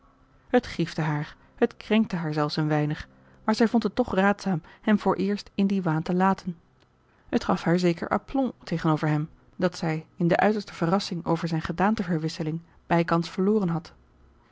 het griefde haar het krenkte haar zelfs een weinig maar zij vond het toch raadzaam hem vooreerst in dien waan te laten het gaf haar zeker aplomb tegenover hem dat zij in de uiterste verrassing over zijne gedaanteverwisseling bijkans verloren had